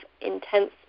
intense